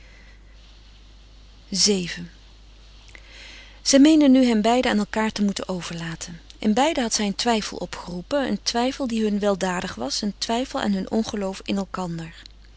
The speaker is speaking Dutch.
vii zij meende nu hen beiden aan elkaâr te moeten overlaten in beiden had zij een twijfel opgeroepen een twijfel die hun weldadig was een twijfel aan hun ongeloof in elkander